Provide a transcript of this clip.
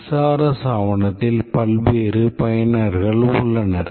SRS ஆவணத்தில் பல்வேறு பயனர்கள் உள்ளனர்